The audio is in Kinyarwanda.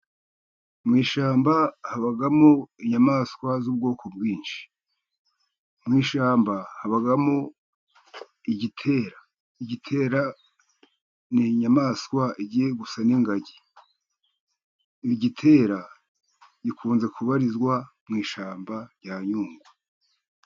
Mu ishyamba habamo inyamaswa z'ubwoko bwinshi. Mu ishyamba habamo igitera, igitera ni inyamaswa igiye gusa n'ingagi, igitera gikunze kubarizwa mu ishyamba rya Nyungwe.